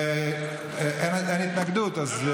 ואין התנגדות?